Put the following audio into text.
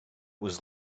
was